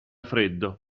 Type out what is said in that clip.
freddo